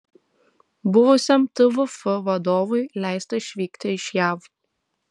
buvusiam tvf vadovui leista išvykti iš jav